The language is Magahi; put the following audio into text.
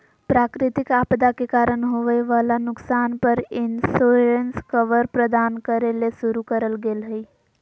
प्राकृतिक आपदा के कारण होवई वला नुकसान पर इंश्योरेंस कवर प्रदान करे ले शुरू करल गेल हई